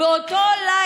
רגע, יש פה, באותו לילה